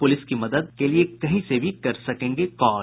police की मदद के लिए कहीं से भी कर सकेंगे कॉल